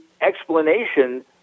explanation